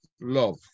love